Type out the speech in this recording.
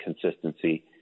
consistency